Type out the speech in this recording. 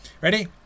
Ready